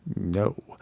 No